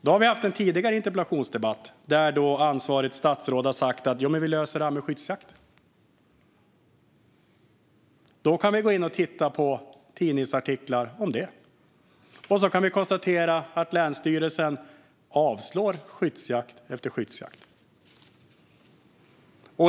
I en tidigare interpellationsdebatt har ansvarigt statsråd sagt att detta ska lösas med skyddsjakt. Läser vi tidningsartiklar om det kan vi konstatera att länsstyrelsen avslår skyddsjakt efter skyddsjakt.